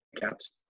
caps